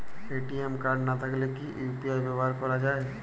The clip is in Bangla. এ.টি.এম কার্ড না থাকলে কি ইউ.পি.আই ব্যবহার করা য়ায়?